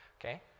okay